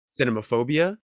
Cinemaphobia